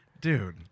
Dude